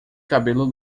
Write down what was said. cabelos